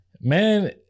man